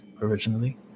originally